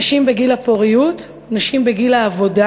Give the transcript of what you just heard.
נשים בגיל הפוריות, נשים בגיל העבודה.